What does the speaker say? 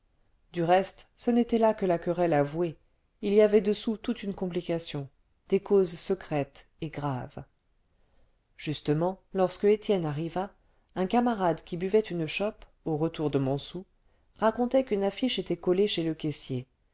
du reste ce n'était là que la querelle avouée il y avait dessous toute une complication des causes secrètes et graves justement lorsque étienne arriva un camarade qui buvait une chope au retour de montsou racontait qu'une affiche était collée chez le caissier